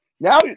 now